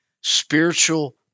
spiritual